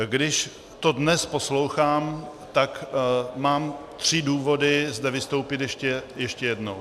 Když to dnes poslouchám, tak mám tři důvody zde vystoupit ještě jednou.